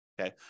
Okay